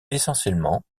essentiellement